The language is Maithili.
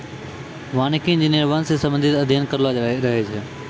वानिकी इंजीनियर वन से संबंधित अध्ययन करलो रहै छै